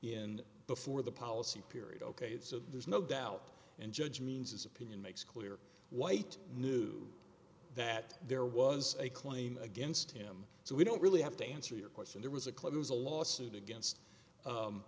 in before the policy period okayed so there's no doubt and judge means his opinion makes clear white knew that there was a claim against him so we don't really have to answer your question there was a clear was a lawsuit against